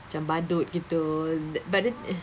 macam badut gitu th~ but the uh